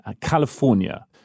California